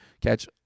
catch